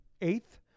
eighth